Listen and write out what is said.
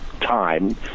time